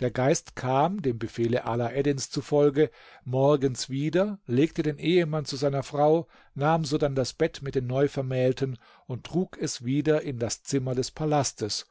der geist kam dem befehle alaeddins zufolge morgens wieder legte den ehemann zu seiner frau nahm sodann das bett mit den neuvermählten und trug es wieder in das zimmer des palastes